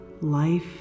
life